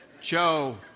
Joe